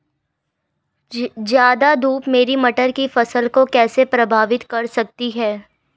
ज़्यादा धूप मेरी मटर की फसल को कैसे प्रभावित कर सकती है?